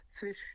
fish